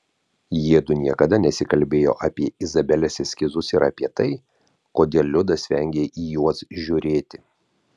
jiedu niekada nesikalbėjo apie izabelės eskizus ir apie tai kodėl liudas vengia į juos žiūrėti